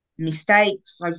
mistakes